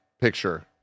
picture